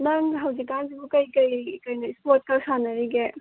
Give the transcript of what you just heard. ꯅꯪ ꯍꯧꯖꯤꯛꯀꯥꯟꯁꯤꯕꯨ ꯀꯩꯀꯩ ꯀꯩꯅꯣ ꯏꯁꯄꯣꯔꯠꯀ ꯁꯥꯟꯅꯔꯤꯒꯦ